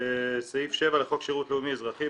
ובסעיף 7 לחוק שירות לאומי אזרחי,